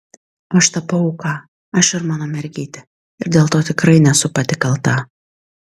aš tapau auka aš ir mano mergytė ir dėl to tikrai nesu pati kalta